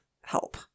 help